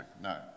No